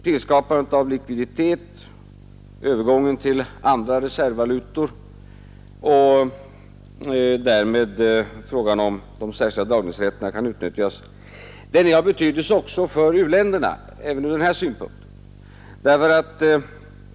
Tillskapandet av likviditet, övergången till andra reservvalutor och därmed frågan om de särskilda dragningsrätterna kan utnyttjas, är av betydelse också för u-länderna, även ur den här synpunkten.